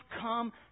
come